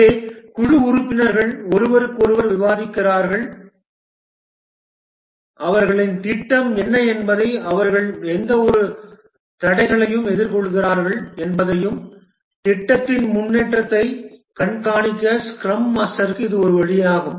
இங்கே குழு உறுப்பினர்கள் ஒருவருக்கொருவர் விவாதிக்கிறார்கள் a அவர்களின் திட்டம் என்ன என்பதை அவர்கள் எந்தவொரு தடைகளையும் எதிர்கொள்கிறார்கள் என்பதையும் திட்டத்தின் முன்னேற்றத்தைக் கண்காணிக்க ஸ்க்ரம் மாஸ்டருக்கு இது ஒரு வழியாகும்